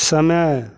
समय